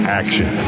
action